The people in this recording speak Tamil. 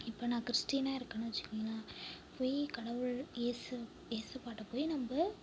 இப்போ நான் கிறிஸ்ட்டினா இருக்கேன்னு வச்சிக்கோங்களேன் போய் கடவுள் இயேசு இயேசு பாட்டைப் போய் நம்ம